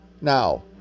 now